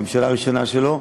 הממשלה הראשונה שלו.